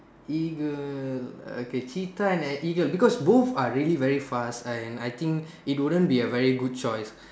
eagle okay cheetah and eagle because both are really very fast and I think it wouldn't be a very good choice